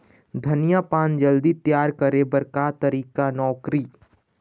धनिया पान जल्दी तियार करे बर का तरीका नोकरी?